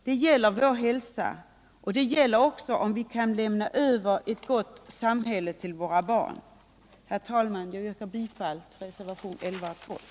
Det gäller vår hälsa, och det gäller frågan om vi kan lämna över ett gott samhälle till våra barn. Herr talman! Jag yrkar än en gång bifall till reservationerna 11 och 12.